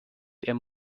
der